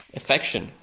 affection